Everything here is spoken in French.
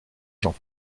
jean